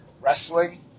wrestling